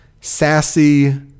sassy